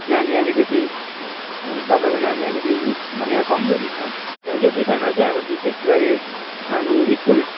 नानी अलिकति तपाईँको नानी अलिकति विक माने कमजोरी छ र यो विषयमा चाहिँ अब विशेष गरी हामी स्कुल